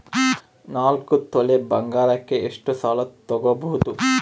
ನಾಲ್ಕು ತೊಲಿ ಬಂಗಾರಕ್ಕೆ ಎಷ್ಟು ಸಾಲ ತಗಬೋದು?